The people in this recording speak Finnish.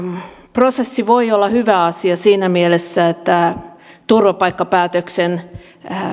prosessi voi olla hyvä asia siinä mielessä että turvapaikkapäätöksen